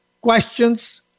questions